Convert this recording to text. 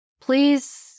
Please